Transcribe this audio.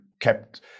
kept